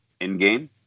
in-game